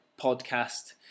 podcast